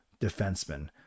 defenseman